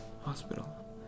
Hospital